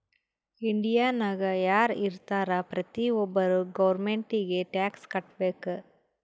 ಇಂಡಿಯಾನಾಗ್ ಯಾರ್ ಇರ್ತಾರ ಪ್ರತಿ ಒಬ್ಬರು ಗೌರ್ಮೆಂಟಿಗಿ ಟ್ಯಾಕ್ಸ್ ಕಟ್ಬೇಕ್